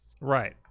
Right